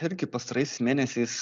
irgi pastaraisiais mėnesiais